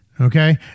Okay